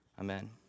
Amen